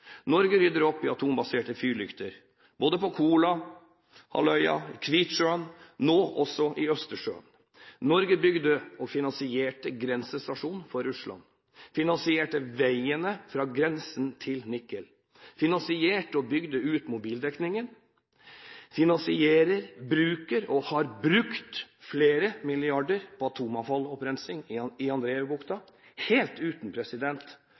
Norge rydder opp i atombaserte fyrlykter både på Kolahalvøya, i Kvitsjøen og nå også i Østersjøen. Norge bygde og finansierte grensestasjonen mot Russland og finansierte veiene fra grensen til Nikel. Norge finansierte og bygde ut mobildekningen, finansierer, bruker og har brukt flere milliarder kr på opprensing av atomavfall i Andrejevbukta – helt uten